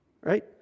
right